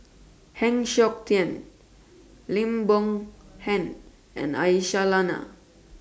Heng Siok Tian Lim Boon Heng and Aisyah Lyana